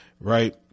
right